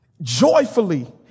Joyfully